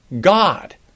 God